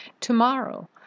tomorrow